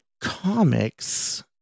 comics